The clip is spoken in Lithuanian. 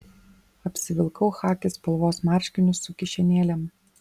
apsivilkau chaki spalvos marškinius su kišenėlėm